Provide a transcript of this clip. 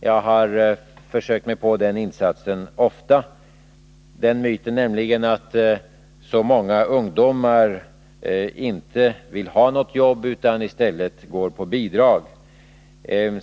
Jag har försökt mig på den insatsen ofta, och jag syftar på myten att så många ungdomar inte vill ha något jobb utan i stället går på bidrag.